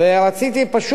רציתי פשוט להדגיש: